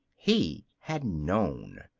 he had known.